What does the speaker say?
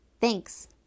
Thanks